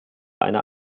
eine